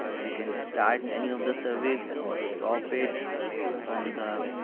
you can start any of the services or stop it from the